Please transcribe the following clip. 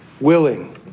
willing